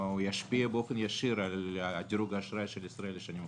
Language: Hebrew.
ישפיע באופן ישיר על דירוג האשראי של ישראל לשנים הקרובות.